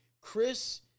Chris